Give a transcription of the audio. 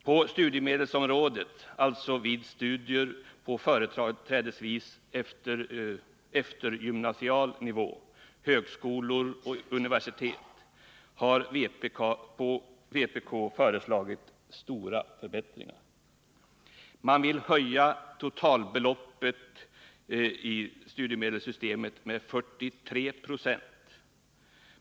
På studiemedelsområdet, dvs. när det gäller studier på företrädesvis eftergymnasial nivå vid högskolor och universitet, har vpk föreslagit stora förbättringar. Man vill höja totalbeloppet i studiemedelssystemet med 43 96.